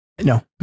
No